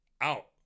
out